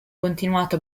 continuato